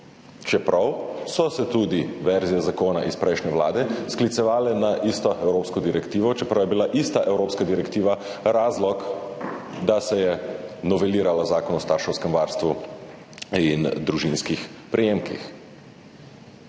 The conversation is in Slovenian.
čeprav so se tudi verzije zakona iz prejšnje vlade sklicevale na isto evropsko direktivo, čeprav je bila ista evropska direktiva razlog, da se je noveliralo Zakon o starševskem varstvu in družinskih prejemkih.